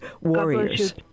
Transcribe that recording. warriors